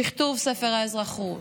שכתוב ספר האזרחות,